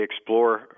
explore